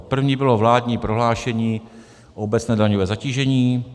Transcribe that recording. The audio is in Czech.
V první bylo vládní prohlášení obecné daňové zatížení.